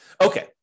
Okay